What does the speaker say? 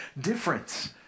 difference